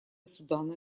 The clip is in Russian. судана